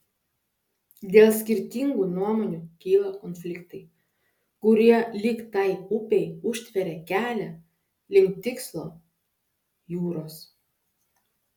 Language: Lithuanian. dėl skirtingų nuomonių kyla konfliktai kurie lyg tai upei užtveria kelią link tikslo jūros